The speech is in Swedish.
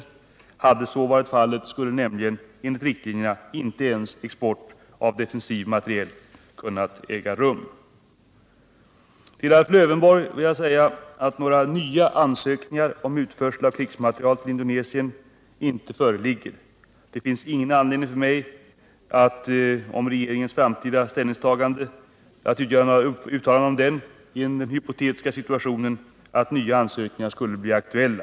Hade så varit fallet skulle nämligen enligt riktlinjerna inte ens export av defensiv materiel kunnat äga rum. Till Alf Lövenborg vill jag säga att några nya ansökningar om utförsel av krigsmateriel till Indonesien inte föreligger. Det finns ingen anledning för mig att göra uttalanden om regeringens framtida ställningstagande på grund av den hypotetiska situationen att nya ansökningar skulle bli aktuella.